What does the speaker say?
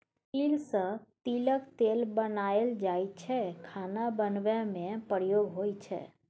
तिल सँ तिलक तेल बनाएल जाइ छै खाना बनेबा मे प्रयोग होइ छै